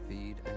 Feed